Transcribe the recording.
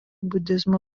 budizmo